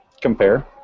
compare